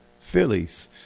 Phillies